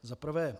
Za prvé.